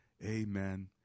amen